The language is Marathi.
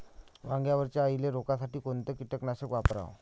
वांग्यावरच्या अळीले रोकासाठी कोनतं कीटकनाशक वापराव?